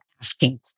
asking